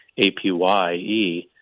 APYE